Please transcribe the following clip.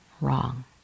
wrong